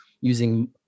using